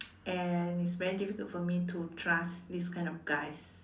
and it's very difficult for me to trust this kind of guys